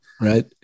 right